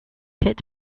hit